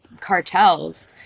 cartels